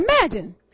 imagine